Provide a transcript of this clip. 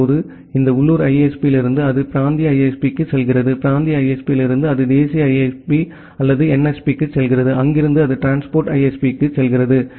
இப்போது இந்த உள்ளூர் ISP இலிருந்து அது பிராந்திய ISP க்கு செல்கிறது பிராந்திய ISP இலிருந்து அது தேசிய ISP அல்லது NSP க்கு செல்கிறது அங்கிருந்து அது டிரான்ஸ்போர்ட் ISP க்கு செல்கிறது